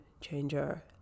changer